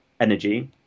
energy